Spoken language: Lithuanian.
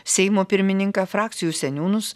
seimo pirmininką frakcijų seniūnus